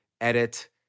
edit